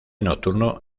nocturno